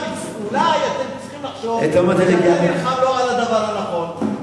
אולי אתם צריכים לחשוב שאתה נלחם לא על הדבר הנכון,